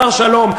השר שלום.